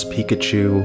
Pikachu